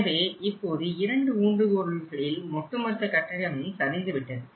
எனவே இப்போது 2 ஊன்றுகோள்களில் ஒட்டுமொத்த கட்டிடமும் சரிந்துவிட்டது